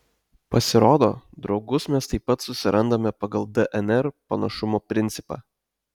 pasirodo draugus mes taip pat susirandame pagal dnr panašumo principą